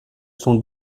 sont